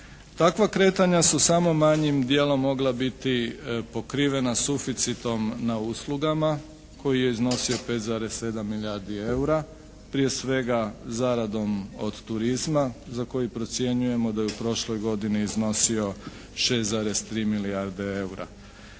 Takva kretanja su samo manjim dijelom mogla biti pokrivena suficitom na uslugama koji je iznosio 5,7 milijardi eura prije svega zaradom od turizma za koji procjenjujemo da je u prošloj godini iznosio 6,3 milijarde eura.